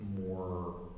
more